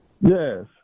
Yes